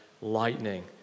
lightning